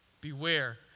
beware